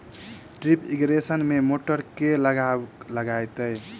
Drip irrigation मे motor केँ लागतै?